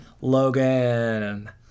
Logan